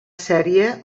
sèrie